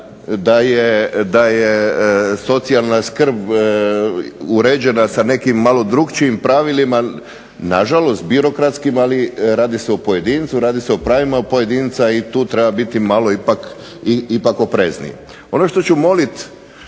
da je socijalna skrb uređena sa nekim malo drukčijim pravilima, na žalost birokratskim ali radi se o pojedincu, radi se o pravima pojedinca i tu treba biti malo ipak oprezniji. Ono što ću molit